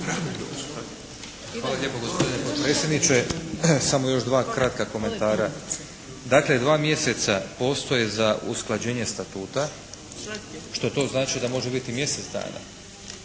Hvala lijepo gospodine potpredsjedniče. Samo još dva kratka komentara. Dakle, dva mjeseca postoje za usklađenje statuta što to znači da može biti mjesec dana.